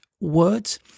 words